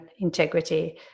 integrity